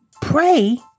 Pray